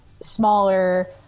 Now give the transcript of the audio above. smaller